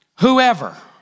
Whoever